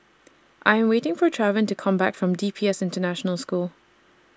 I'm waiting For Trevon to Come Back from D P S International School